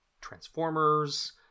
Transformers